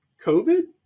COVID